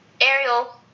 Ariel